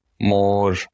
more